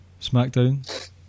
Smackdown